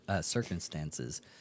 circumstances